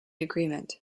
agreement